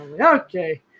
Okay